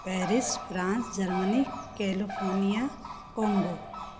Paris France Germany California Congo